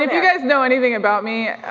um you guys know anything about me,